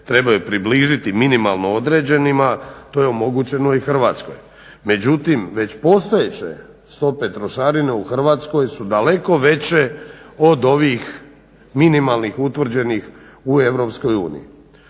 trebaju približiti minimalno određenima to je omogućeno i Hrvatskoj. Međutim već postojeće stope trošarine u Hrvatskoj su daleko veće od ovih minimalno utvrđenih u EU.